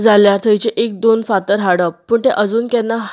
जाल्यार थंयचे एक दोन फातर हाडप पूण तें अजून केन्ना